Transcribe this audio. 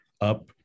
up